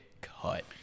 cut